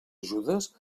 ajudes